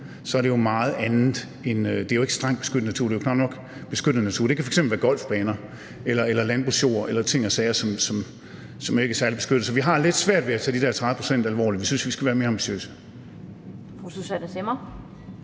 gælder det jo meget andet end strengt beskyttet natur; det er jo knap nok beskyttet natur. Det kan f.eks. være golfbaner, landbrugsjord eller ting og sager, som ikke er særlig beskyttet. Så vi har lidt svært ved at tage de der 30 pct. alvorligt. Vi synes, at vi skal være mere ambitiøse.